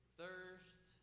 thirst